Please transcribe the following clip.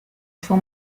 for